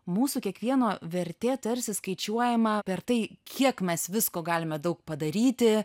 mūsų kiekvieno vertė tarsi skaičiuojama per tai kiek mes visko galime daug padaryti